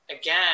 again